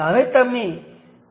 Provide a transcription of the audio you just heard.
હવે હું નીચે મુજબ રચના દોરું